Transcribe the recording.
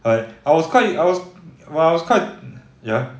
I I was quite I was well I was quite ya